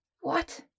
What